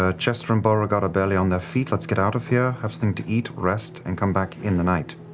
ah jester and beauregard are barely on their feet, let's get out of here, have something to eat, rest, and come back in the night.